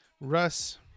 Russ